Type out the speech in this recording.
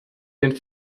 den